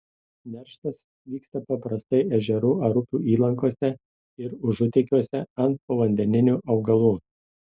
nerštas vyksta paprastai ežerų ar upių įlankose ir užutekiuose ant povandeninių augalų